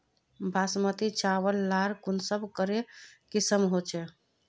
बासमती चावल लार कुंसम करे किसम होचए?